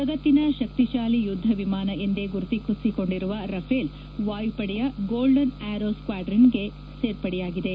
ಜಗತ್ತಿನ ಶಕ್ತಿಶಾಲಿ ಯುದ್ಧ ವಿಮಾನ ಎಂದೇ ಗುರುತಿಸಿಕೊಂಡಿರುವ ರಫೇಲ್ ವಾಯು ಪಡೆಯ ಗೋಲ್ಡನ್ ಆರೋ ಸ್ಟ್ವಾಂಡ್ರನ್ಗೆ ಸೇರ್ಪಡೆಗೊಂಡಿವೆ